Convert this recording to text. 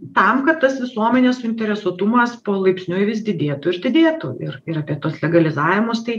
tam kad tas visuomenės suinteresuotumas palaipsniui vis didėtų ir didėtų ir ir apie tuos legalizavimus tai